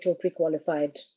pre-qualified